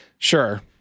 Sure